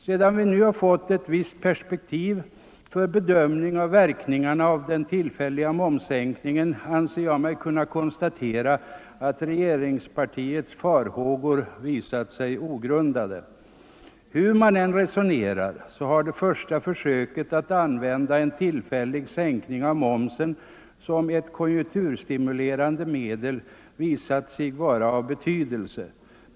Sedan vi nu fått ett visst perspektiv för bedömning av verkningarna av den tillfälliga momssänkningen anser jag mig kunna konstatera att regeringspartiets farhågor visat sig ogrundade. Hur man än resonerar har det första försöket att använda en tillfällig sänkning av momsen som konjunkturstimulerande medel visat sig vara av betydelse.